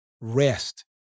rest